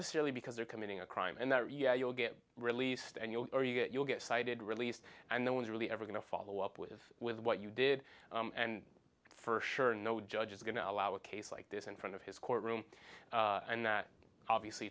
necessarily because you're committing a crime and that yeah you'll get released and you or you get you'll get cited released and no one's really ever going to follow up with with what you did and for sure no judge is going to allow a case like this in front of his courtroom and that obviously